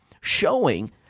showing